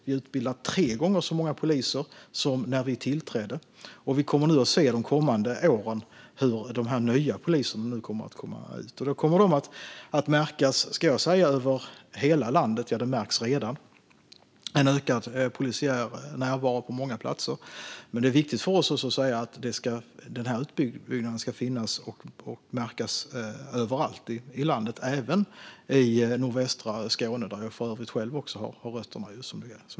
Vi utbildar tre gånger så många poliser som när vi tillträdde, och vi kommer under de kommande åren att se hur dessa nya poliser kommer ut. Över hela landet kommer det att märkas - och det märks redan - en ökad polisiär närvaro på många platser. Det är viktigt för oss att säga att denna utbyggnad ska finnas och märkas överallt i landet, även i nordvästra Skåne, där jag för övrigt själv - som ni vet - har rötterna.